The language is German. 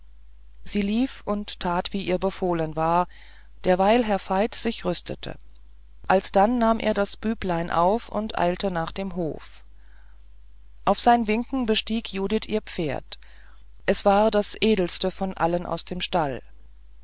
sie lief und tat wie ihr befohlen war derweil herr veit sich rüstete alsdann nahm er das büblein auf und eilte nach dem hof auf seinen wink bestieg judith ihr pferd es war das edelste von allen aus dem stall